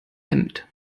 hemd